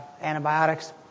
antibiotics